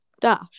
dash